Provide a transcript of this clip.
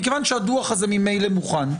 מכיוון שהדו"ח הזה ממילא מוכן,